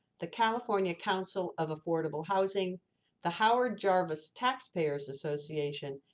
the california council of affordable housing the howard jarvis taxpayers association,